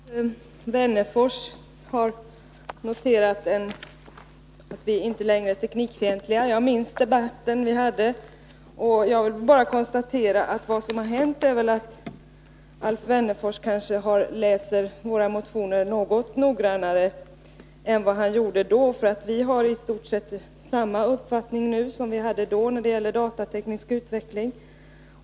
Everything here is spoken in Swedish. Herr talman! Alf Wennerfors har noterat att vi inte längre är teknikfientliga. Jag minns den debatt vi hade, och jag vill bara konstatera att vad som hänt kanske är att Alf Wennerfors läser våra motioner något mer noggrant än vad han gjorde då. Vi har istort sett samma uppfattning nu som vi hade då när det gäller datateknisk utveckling.